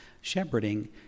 shepherding